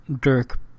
Dirk